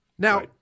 Now